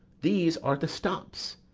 these are the stops.